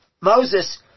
Moses